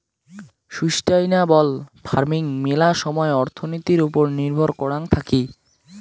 sustainable farming মেলা সময় অর্থনীতির ওপর নির্ভর করাং থাকি